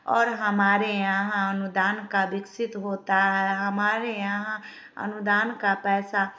और हमारे यहाँ अनुदान का विकसित होता है हमारे यहाँ अनुदान का पैसा